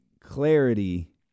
clarity